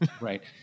Right